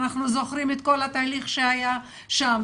אנחנו זוכרים את כל התהליך שהיה שם,